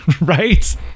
right